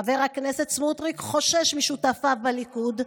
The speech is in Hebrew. חבר הכנסת סמוטריק חושש משותפיו בליכוד,